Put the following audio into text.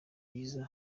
byiza